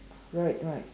right right